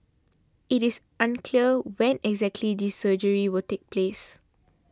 it is unclear when exactly this surgery will take place